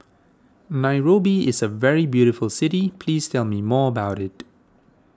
Nairobi is a very beautiful city please tell me more about it